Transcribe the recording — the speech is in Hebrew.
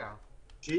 המנהל גם צריך לראות שיש